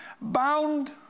Bound